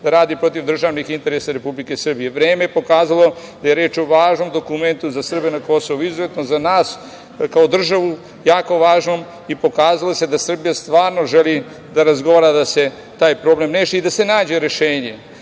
da radi protiv državnih interesa Republike Srbije. Vreme je pokazalo da je reč o važnom dokumentu za Srbe na Kosovu, izuzetno za nas kao državu jako važnom i pokazalo se da Srbija stvarno želi da razgovara, da se taj problem reši i da se nađe rešenje.Zašto